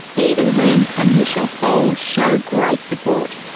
even when initial polls show great support.